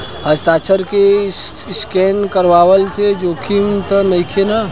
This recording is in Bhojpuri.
हस्ताक्षर के स्केन करवला से जोखिम त नइखे न?